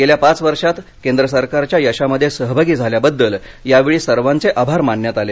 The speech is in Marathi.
गेल्या पाच वर्षात केंद्र सरकारच्या यशामध्ये सहभागी झाल्याबद्दल यावेळी सर्वाचे आभार मानण्यात आले